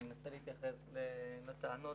אני אנסה להתייחס לטענות